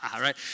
Right